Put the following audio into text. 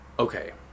okay